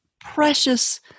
precious